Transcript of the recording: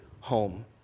home